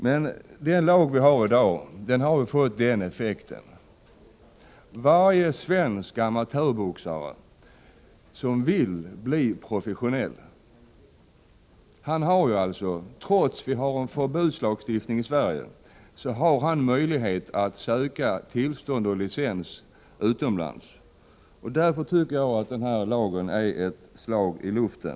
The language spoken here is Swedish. Men trots att vi har en förbudslagstiftning i Sverige har varje svensk amatörboxare som vill bli professionell möjlighet att söka licens utomlands. Därför tycker jag att den här lagen är ett slag i luften.